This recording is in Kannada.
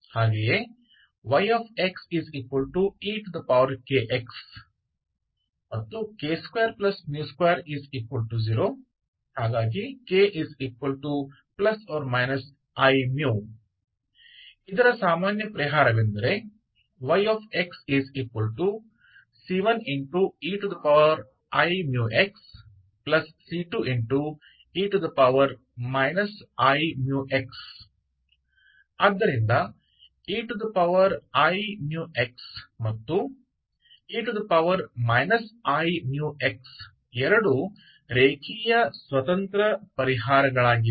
ಹಾಗೆಯೇ yx ekx k220 k±iμ ಇದಕ್ಕೆ ಸಾಮಾನ್ಯ ಪರಿಹಾರವೆಂದರೆ yxc1 eiμxc2 e iμx ಆದ್ದರಿಂದ eiμx ಮತ್ತು e iμxಎರಡು ರೇಖೀಯ ಸ್ವತಂತ್ರ ಪರಿಹಾರಗಳಾಗಿವೆ